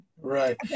right